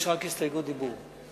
יש רק הסתייגות דיבור.